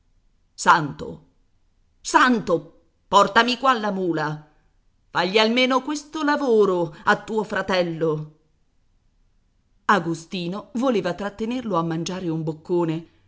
santo santo portami qua la mula fagli almeno questo lavoro a tuo fratello agostino voleva trattenerlo a mangiare un boccone